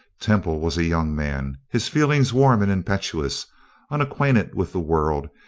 temple was a young man, his feelings warm and impetuous unacquainted with the world,